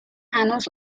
هنوز